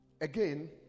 again